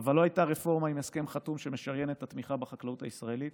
אבל לא הייתה רפורמה עם הסכם חתום שמשריין את התמיכה בחקלאות הישראלית,